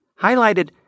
highlighted